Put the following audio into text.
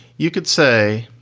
you could say,